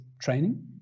training